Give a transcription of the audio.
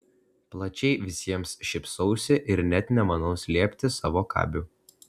plačiai visiems šypsausi ir net nemanau slėpti savo kabių